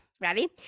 ready